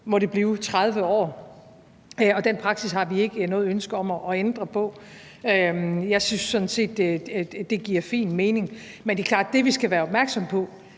må blive 30 år, og den praksis har vi ikke noget ønske om at ændre på. Jeg synes sådan set, det giver fin mening. Men det er klart, at der er flere ting, vi skal være opmærksomme på.